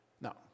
Now